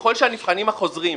ככל שהנבחנים החוזרים,